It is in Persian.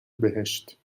بهشت